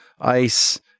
ice